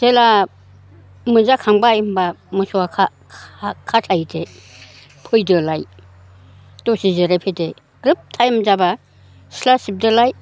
जेला मोनजाखांबाय होनबा मोसौआ खा खास्लायहैदो फैदोलाय दसे जिरायफैदो ग्रोब टाइम जाबा सिला सिबदोलाय